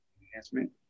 enhancement